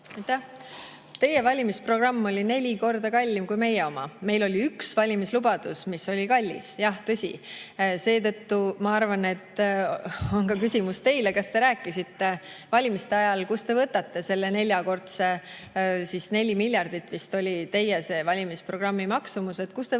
Teie valimisprogramm oli neli korda kallim kui meie oma. Meil oli üks valimislubadus, mis oli kallis. Jah, tõsi. Seetõttu ma arvan, et on ka küsimus teile, kas te rääkisite valimiste ajal, kust te võtate selle neljakordse [summa]. Neli miljardit vist oli teie valimisprogrammi maksumus. Kust te võtate